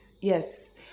Yes